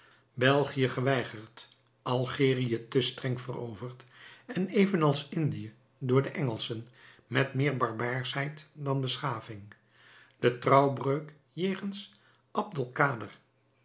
belgië geweigerd algerië te streng veroverd en evenals indië door de engelschen met meer barbaarschheid dan beschaving de trouwbreuk jegens